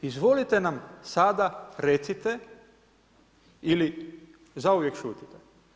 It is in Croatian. Izvolite nam sada recite ili zauvijek šutite.